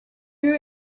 lieu